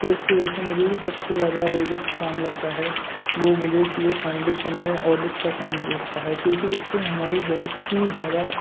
तो इसकी वजह से मुझे जो सबसे ज़्यादा रोचक काम लगता है वह मुझे सी ए फ़ाउंडेशन में ऑडिट का काम लगता है क्योंकि इससे हमारी बहुत ही ज़्यादा